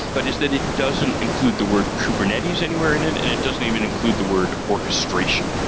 but is that it doesn't include the word kubernetes anywhere in it and it doesn't even include the word orchestration.